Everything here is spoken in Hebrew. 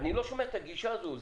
אני לא שומע את הגישה הזאת.